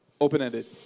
Open-ended